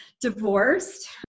Divorced